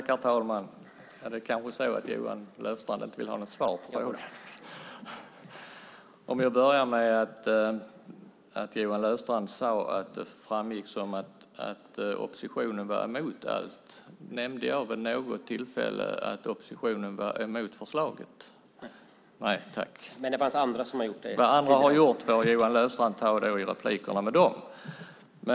Herr talman! Johan Löfstrand sade att det framställts som om oppositionen var emot alla förslag. Nämnde jag vid något tillfälle att oppositionen var emot förslaget? : Nej, men andra har gjort det.) Vad andra har gjort får Johan Löfstrand ta i replikskifte med dem.